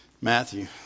Matthew